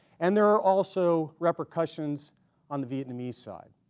and there are also repercussions on the vietnamese side